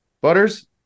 Butters